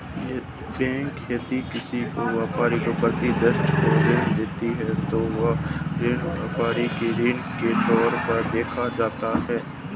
bank यदि किसी व्यापारिक प्रतिष्ठान को ऋण देती है तो वह ऋण व्यापारिक ऋण के तौर पर देखा जाता है